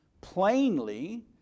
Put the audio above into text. plainly